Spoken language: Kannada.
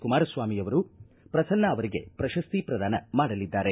ಕುಮಾರಸ್ವಾಮಿ ಅವರು ಪ್ರಸನ್ನ ಅವರಿಗೆ ಪ್ರಶಸ್ತಿ ಪ್ರದಾನ ಮಾಡಲಿದ್ದಾರೆ